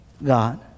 God